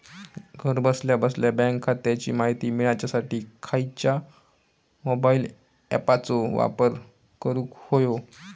घरा बसल्या बसल्या बँक खात्याची माहिती मिळाच्यासाठी खायच्या मोबाईल ॲपाचो वापर करूक होयो?